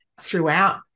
throughout